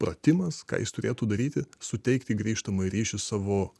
pratimas ką jis turėtų daryti suteikti grįžtamąjį ryšį savo